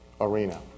arena